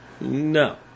No